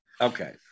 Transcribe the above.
Okay